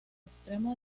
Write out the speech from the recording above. extremo